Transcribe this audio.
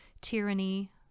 tyranny